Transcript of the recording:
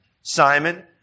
Simon